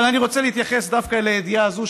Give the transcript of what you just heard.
אבל אני רוצה להתייחס דווקא לידיעה הזו,